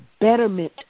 betterment